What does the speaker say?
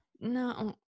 no